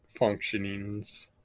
functionings